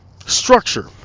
structure